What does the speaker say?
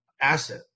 asset